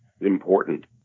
important